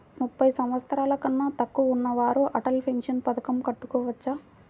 ముప్పై సంవత్సరాలకన్నా తక్కువ ఉన్నవారు అటల్ పెన్షన్ పథకం కట్టుకోవచ్చా?